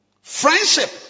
Friendship